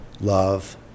love